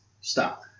Stop